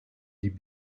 die